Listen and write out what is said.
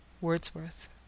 Wordsworth